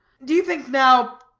do you think now,